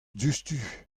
diouzhtu